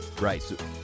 Right